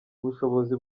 ubushobozi